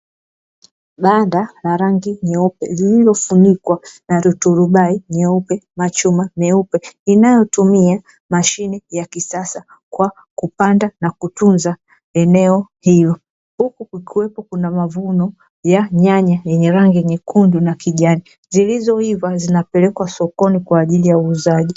Banda la rangi nyeupe lililofunikwa na turubai nyeupe, machuma meupe; inayotumia mashine ya kisasa kwa kupanda na kutunza eneo hilo. Huku kukiwepo kuna mavuno ya nyanya yenye rangi nyekundu na kijani. Zilizoiva zinapekewa sokoni kwa ajili ya uuzaji.